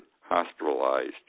hospitalized